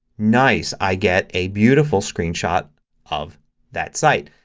nice. i get a beautiful screenshot of that site.